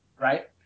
Right